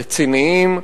רציניים.